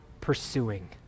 pursuing